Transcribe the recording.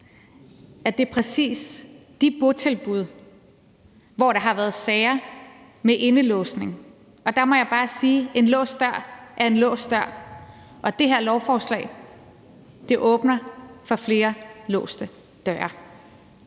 at det er præcis de botilbud, hvor der har været sager med indelåsning, og der må jeg bare sige, at en låst dør er en låst dør, og det her lovforslag åbner for flere låse døre.